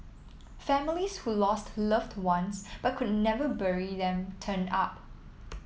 families who lost loved ones but could never bury them turned up